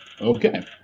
Okay